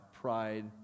pride